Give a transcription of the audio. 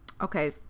Okay